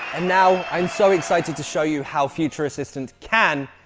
and now i'm so excited to show you how future assistant can.